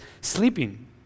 sleeping